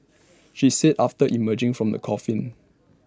she said after emerging from the coffin